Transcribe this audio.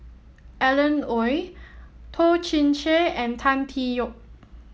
Alan Oei Toh Chin Chye and Tan Tee Yoke